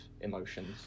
emotions